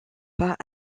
pas